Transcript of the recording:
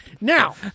now